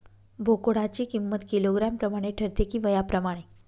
बोकडाची किंमत किलोग्रॅम प्रमाणे ठरते कि वयाप्रमाणे?